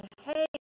hey